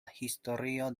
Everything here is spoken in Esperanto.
historio